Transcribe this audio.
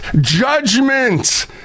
Judgment